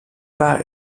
pas